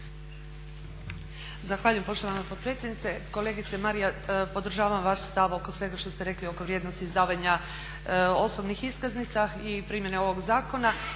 Zahvaljujem poštovana potpredsjednice. Kolegica Marija, podržavam vaš stav oko svega što ste rekli oko vrijednosti izdavanja osobnih iskaznica i primjene ovoga zakona.